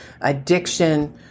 addiction